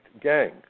gang